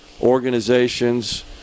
organizations